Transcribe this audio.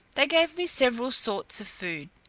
they gave me several sorts of food,